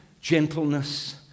gentleness